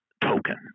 token